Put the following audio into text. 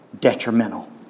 detrimental